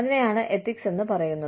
അതിനെയാണ് എത്തിക്സ് എന്ന് പറയുന്നത്